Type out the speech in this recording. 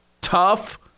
tough